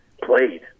played